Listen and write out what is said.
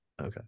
Okay